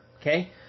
okay